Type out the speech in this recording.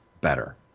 better